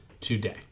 today